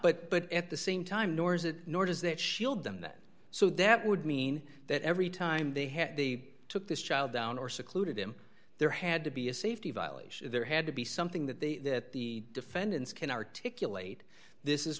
not but at the same time nor is it nor does that shield them that so that would mean that every time they had they took this child down or secluded him there had to be a safety violation there had to be something that they that the defendants can articulate this is